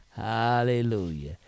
hallelujah